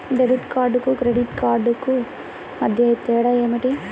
Debit కార్డుకు credit credit కార్డుకు మధ్య తేడా ఏమిటీ?